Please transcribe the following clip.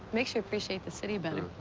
makes you appreciate the city better.